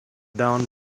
down